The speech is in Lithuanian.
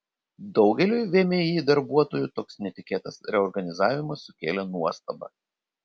daugeliui vmi darbuotojų toks netikėtas reorganizavimas sukėlė nuostabą